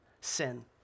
sin